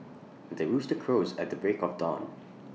the rooster crows at the break of dawn